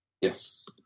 Yes